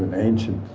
and ancient.